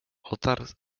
otarł